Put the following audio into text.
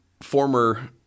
former